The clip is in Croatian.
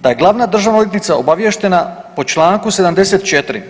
da je glavna državna odvjetnica obaviještena po čl. 74.